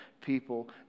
people